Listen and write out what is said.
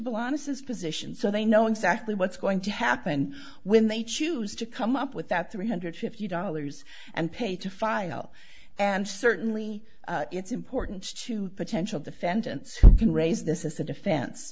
honest his position so they know exactly what's going to happen when they choose to come up with that three hundred fifty dollars and pay to file and certainly it's important to potential defendants can raise this as a defen